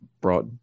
brought